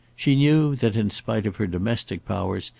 she knew, that in spite of her domestic powers,